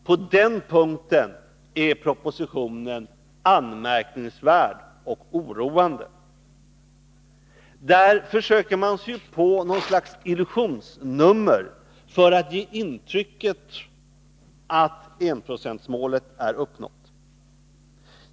På den punkten är propositionen anmärkningsvärd och oroande. Där försöker man sig ju på något slags illusionsnummer för att ge intrycket att enprocentsmålet är uppnått.